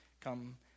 come